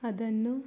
ಅದನ್ನು